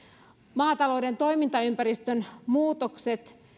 maatalouden toimintaympäristön muutokset